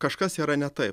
kažkas yra ne taip